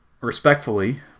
respectfully